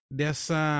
dessa